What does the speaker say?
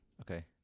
Okay